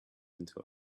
until